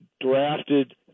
drafted